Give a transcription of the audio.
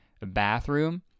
bathroom